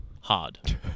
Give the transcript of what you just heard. Hard